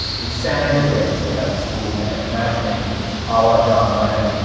you sang your way to a head of school day, imagining allah, john lennon,